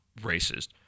racist